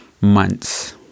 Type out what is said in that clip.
months